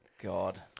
God